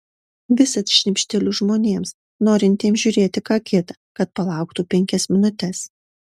visad šnibžteliu žmonėms norintiems žiūrėti ką kita kad palauktų penkias minutes